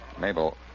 Mabel